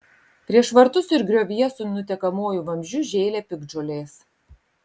prieš vartus ir griovyje su nutekamuoju vamzdžiu žėlė piktžolės